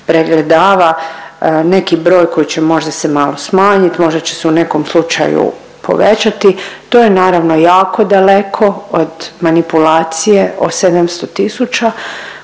pregledava. Neki broj koji će možda se malo smanjit, možda će se u nekom slučaju povećati. To je naravno jako daleko od manipulacije o 700 tisuća